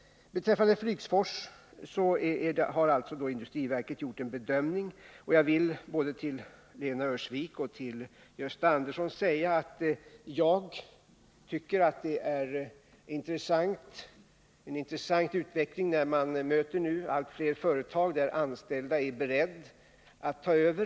Beträffande Flygsfors har industriverket gjort en bedömning. Jag vill säga till både Lena Öhrsvik och Gösta Andersson att jag tycker att det är en intressant utveckling att de anställda i allt fler företag är beredda att ta över.